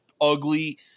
ugly